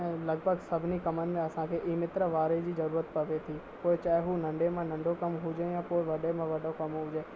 ऐं लॻभॻि सभिनी कमनि में असांखे ई मित्र वारे जी ज़रूरत पवे थी पोइ चाहे उहो नंढे मां नंढो कमु हुजे या पोइ वॾे में वॾो कमु हुजे